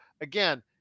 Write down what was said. again